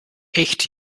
echt